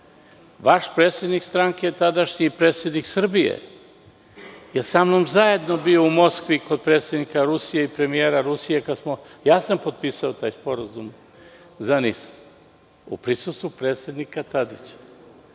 Vaš predsednik stranke, tadašnji predsednik Srbije, je sa mnom zajedno bio u Moskvi kod predsednika i premijera Rusije. Ja sam po-tpisao taj sporazum za NIS, u prisustvu predsednika Tadića.